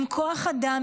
עם כוח אדם,